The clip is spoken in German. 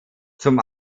zum